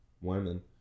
women